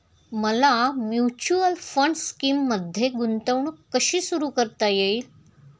मला mutual fund स्कीममध्ये गुंतवणूक कशी सुरू करता येईल?